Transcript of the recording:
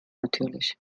natürlich